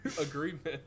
agreement